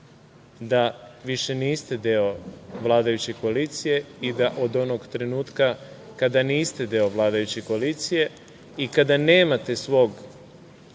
da više niste deo vladajuće koalicije i da od onog trenutka kada niste deo vladajuće koalicije i kada nemate svoj